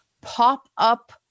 pop-up